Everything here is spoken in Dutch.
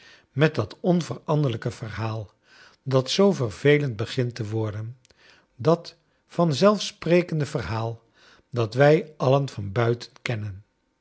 met dat onveranderlijke verhaal dat zoo vervelend begint te worden dat van zelf sprekende verhaal dat wij alien van buiten kennen